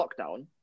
lockdown